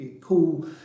Cool